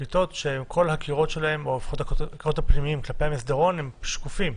כיתות שכל הקירות הפנימיים שלהן כלפי המסדרון הם שקופים.